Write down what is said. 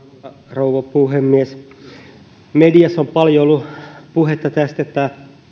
rouva puhemies mediassa on paljon ollut puhetta tästä että